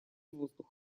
воздуха